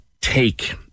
take